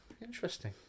interesting